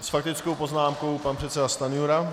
S faktickou poznámkou pan předseda Stanjura.